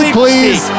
please